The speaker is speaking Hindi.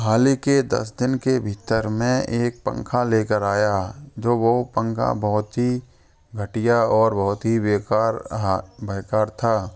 हाल ही के दस दिन के भीतर में एक पंखा लेकर आया जो वो पंखा बहुत ही घटिया और बहुत ही बेकार बेकार था